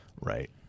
Right